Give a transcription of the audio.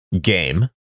game